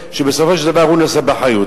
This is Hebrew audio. שבסופו של דבר הוא נושא באחריות,